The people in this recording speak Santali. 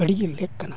ᱟᱹᱰᱤᱜᱮ ᱞᱮᱹᱠ ᱠᱟᱱᱟ